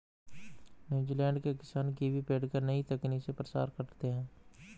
New Zealand के किसान kiwi पेड़ का नई तकनीक से प्रसार करते हैं